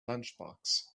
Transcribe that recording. lunchbox